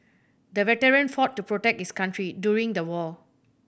the veteran fought to protect his country during the war